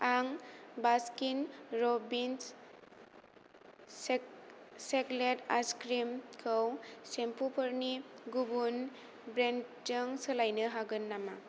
आं Baskin Robbins chocolate ice cream खौ सेम्पुफोरनि गुबुन ब्रेन्डजों सोलायनो हागोन नामा